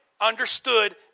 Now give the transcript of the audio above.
understood